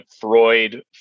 Freud